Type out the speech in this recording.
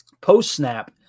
post-snap